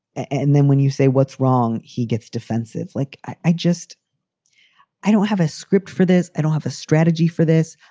and then when you say what's wrong? he gets defensive. like, i just i don't have a script for this. i don't have a strategy for this.